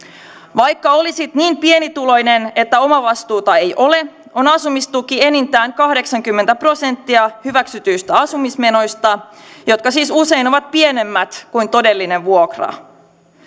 vaikka olisit niin pienituloinen että omavastuuta ei ole on asumistuki enintään kahdeksankymmentä prosenttia hyväksytyistä asumismenoista jotka siis usein ovat pienemmät kuin todellinen vuokra